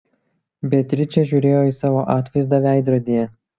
beatričė žiūrėjo į savo atvaizdą veidrodyje